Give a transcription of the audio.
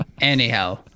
Anyhow